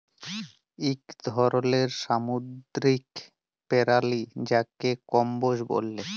ইক ধরলের সামুদ্দিরিক পেরালি যাকে কম্বোজ ব্যলে